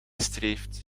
streeft